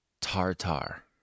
tartar